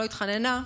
לא התחננה,